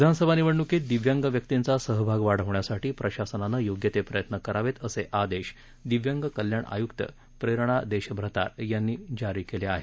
विधानसभा निवडण्कीत दिव्यांग व्यक्तींचा सहभाग वाढवण्यासाठी प्रशासनानं योग्य ते प्रयत्न करावेत असे आदेश दिव्यांग कल्याण आयुक्त प्रेरणा देशभ्रतार यांनी जारी केले आहेत